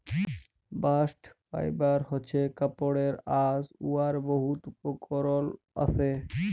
bast fibre হছে কাপড়ের আঁশ উয়ার বহুত উপকরল আসে